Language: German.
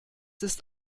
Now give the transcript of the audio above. ist